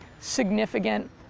significant